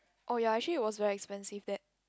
orh ya actually was very expensive that